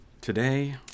Today